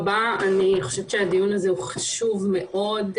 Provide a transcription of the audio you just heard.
הדיון הזה הוא חשוב מאוד,